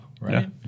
right